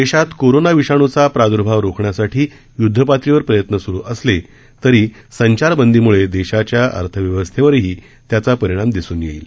देशात कोरोना विषाणूचा प्रादुर्भाव रोखण्यासाठी युद्धपातळीवर प्रयत्न सुरू असले तरी संचारबंदीमुळे देशाच्या अर्थव्यवस्थेवरही त्याचा परिणाम दिसून येईल